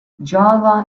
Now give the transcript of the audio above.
java